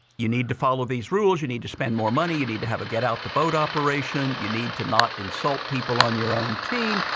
you need to follow these rules, you need to spend more money, you need to have a get-out-to-vote operation, you need to not insult people on your own team,